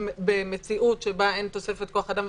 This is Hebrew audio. במציאות שבה אין תוספת כוח-אדם,